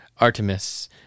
Artemis